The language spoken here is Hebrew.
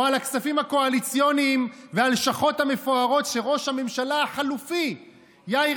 על הכספים הקואליציוניים והלשכות המפוארות שראש הממשלה החלופי יאיר